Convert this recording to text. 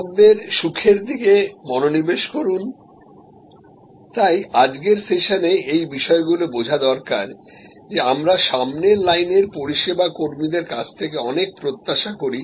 গ্রাহকদের সুখের দিকে মনোনিবেশ করুন তাই আজকের সেশনে এই বিষয়গুলি বোঝা দরকার যে আমরা সামনের লাইনের পরিষেবা কর্মীদের কাছ থেকে অনেক প্রত্যাশা করি